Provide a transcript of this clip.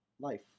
life